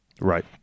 Right